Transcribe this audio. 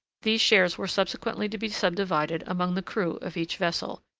these shares were subsequently to be subdivided among the crew of each vessel,